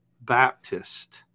Baptist